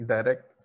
Direct